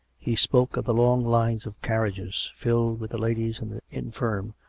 he spoke of the long lines of carriages, filled with the ladies and the infirm,